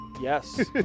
Yes